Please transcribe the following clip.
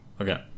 Okay